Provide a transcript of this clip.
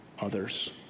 others